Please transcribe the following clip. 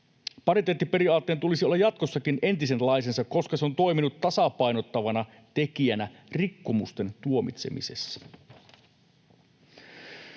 Pariteettiperiaatteen tulisi olla jatkossakin entisenlaisensa, koska se on toiminut tasapainottavana tekijänä rikkomusten tuomitsemisessa.